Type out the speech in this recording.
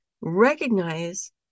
recognize